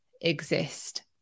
exist